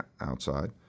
outside